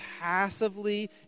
passively